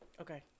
Okay